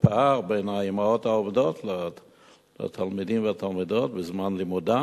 הפער בין האמהות העובדות לתלמידים ולתלמידות בזמן לימודם,